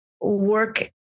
work